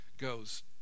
goes